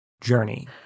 journey